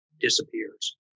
disappears